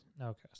Okay